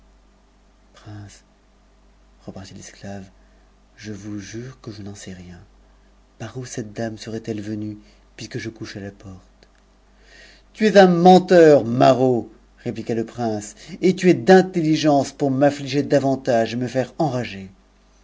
repartit l'esclave je vous jure que je n'en sais rien par où c dame serait-elle venue puisque je couche à la porte tu es un menteur maraud répliqua le prince et tu es d'intellittce pour m'affliger davantage et me faire enrager